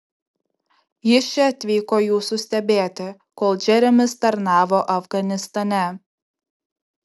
jis čia atvyko jūsų stebėti kol džeremis tarnavo afganistane